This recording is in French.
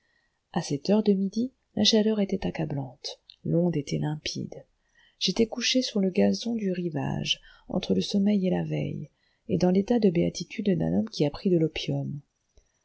à cette heure de midi la chaleur était accablante l'onde était limpide j'étais couché sur le gazon du rivage entre le sommeil et la veille et dans l'état de béatitude d'un homme qui a pris de l'opium